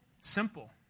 Simple